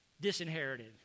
disinherited